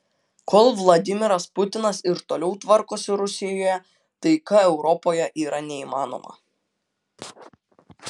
kol vladimiras putinas ir toliau tvarkosi rusijoje taika europoje yra neįmanoma